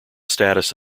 status